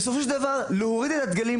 בסופו של דבר להוריד את כל הדגלים,